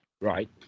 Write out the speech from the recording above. Right